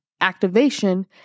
activation